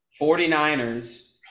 49ers